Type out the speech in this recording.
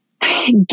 get